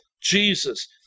Jesus